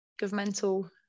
governmental